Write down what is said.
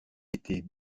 étaient